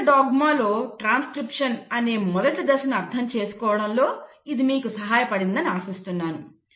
central డాగ్మాలో transcription అనే మొదటి దశను అర్థం చేసుకోవడంలో ఇది మీకు సహాయపడిందని ఆశిస్తున్నాను